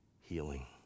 healing